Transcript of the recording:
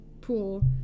pool